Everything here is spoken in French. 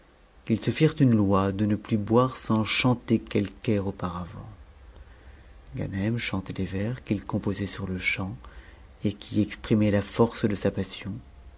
qu'ils se firent une loi de ne plus boire sans chanter quelque air auparavant ganem chantait des vers qu'il composait sur te champ et qui exprimaient la force de sa passion